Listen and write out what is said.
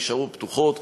נשארו פתוחות.